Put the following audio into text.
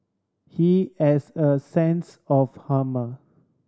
he has a sense of